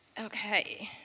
okay.